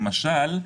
למשל,